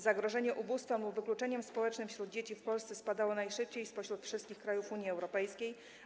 Zagrożenie ubóstwem lub wykluczeniem społecznym wśród dzieci w Polsce spadało najszybciej spośród wszystkich krajów Unii Europejskiej.